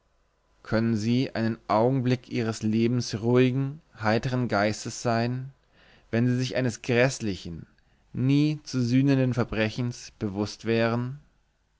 könnten sie einen augenblick ihres lebens ruhigen heitern geistes sein wenn sie sich eines gräßlichen nie zu sühnenden verbrechens bewußt wären